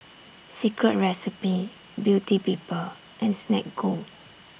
Secret Recipe Beauty People and Snek Ku